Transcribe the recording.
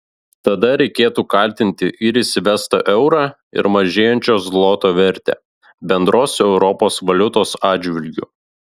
tada reikėtų kaltinti ir įsivestą eurą ir mažėjančio zloto vertę bendros europos valiutos atžvilgiu